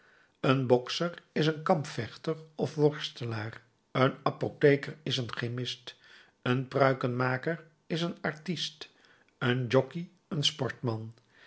een bokser is een kampvechter of worstelaar een apotheker is een chemist een pruikenmaker is een artist een jockey een sportman